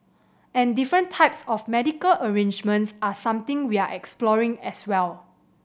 and different types of medical arrangements are something we're exploring as well